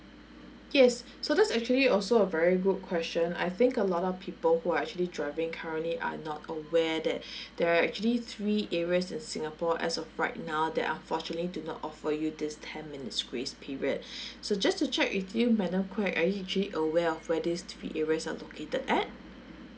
yes so that's actually also a very good question I think a lot of people who are actually driving currently are not aware that there're actually three areas in singapore as of right now that unfortunately do not offer you this ten minutes grace period so just to check with you madam quek are you actually aware of where these three areas are located at